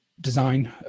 design